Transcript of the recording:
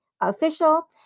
Official